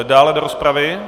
Dále do rozpravy?